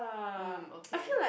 mm okay